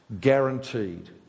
guaranteed